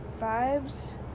Vibes